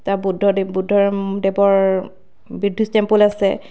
তাৰ বুদ্ধদেৱ বুদ্ধদেৱৰ বুদ্ধিছ টেম্পুল আছে